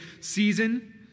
season